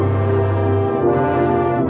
or